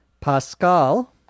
Pascal